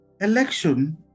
Election